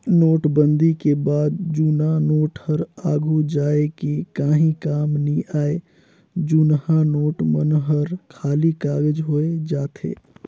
नोटबंदी के बाद जुन्ना नोट हर आघु जाए के काहीं काम नी आए जुनहा नोट मन हर खाली कागज होए जाथे